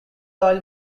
oil